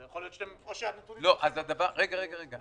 יכול להיות או שהנתונים שלכם --- רגע, רגע.